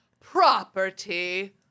property